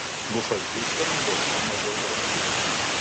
bušas hiūstone buvo gydomas dėl bronchito